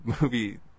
movie